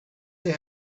they